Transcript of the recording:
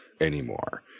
anymore